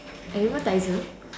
animal taiser